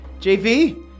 JV